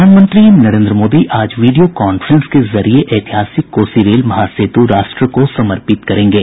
प्रधानमंत्री नरेन्द्र मोदी आज video conference के जरिए ऐतिहासिक कोसी रेल महासेतु राष्ट्र को समर्पित करेंगे